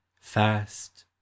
Fast